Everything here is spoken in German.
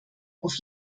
auf